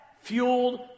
fueled